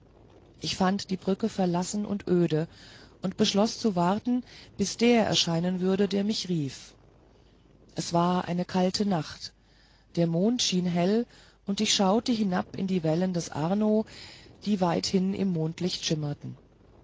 ich fand die brücke verlassen und öde und beschloß zu warten bis der erscheinen würde der mich rief es war eine kalte nacht der mond schien hell und ich schaute hinab in die wellen des arno die weithin im mondlicht schimmerten